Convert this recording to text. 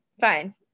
fine